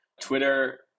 Twitter